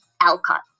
Alcott